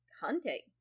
hunting